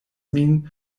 min